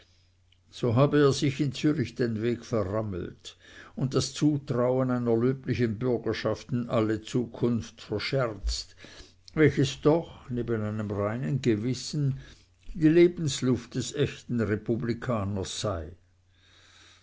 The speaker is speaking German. so habe er sich in zürich den weg verrammelt und das zutrauen einer löblichen bürgerschaft in alle zukunft verscherzt welches doch nebst einem reinen gewissen die lebensluft des echten republikaners sei